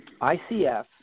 ICF